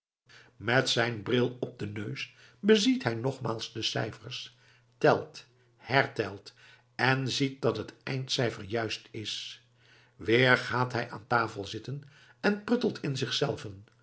met zijn bril op den neus beziet hij nogmaals de cijfers telt hertelt en ziet dat het eindcijfer juist is weer gaat hij aan tafel zitten en pruttelt in zichzelven